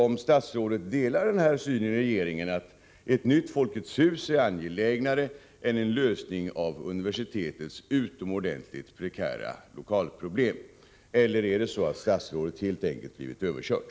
Min fråga blir: Delar statsrådet den här synen i regeringen, att ett nytt Folkets hus är angelägnare än en lösning av universitetets utomordentligt prekära lokalproblem, eller har statsrådet helt enkelt blivit överkörd?